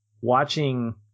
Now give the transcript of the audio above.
watching